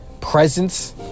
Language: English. presence